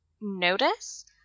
notice